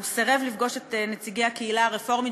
הוא סירב לפגוש את נציגי הקהילה הרפורמית